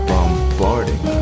Bombarding